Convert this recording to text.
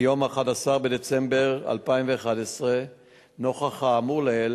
מיום 11 בדצמבר 2011. נוכח האמור לעיל